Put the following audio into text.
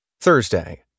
Thursday